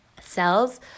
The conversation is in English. cells